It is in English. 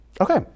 Okay